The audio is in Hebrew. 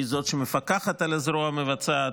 היא זאת שמפקחת על הזרוע המבצעת,